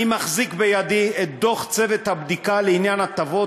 אני מחזיק בידי את דוח צוות הבדיקה לעניין הטבות,